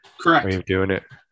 Correct